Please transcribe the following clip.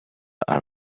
are